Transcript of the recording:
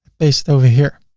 paste it over here.